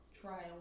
trial